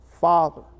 Father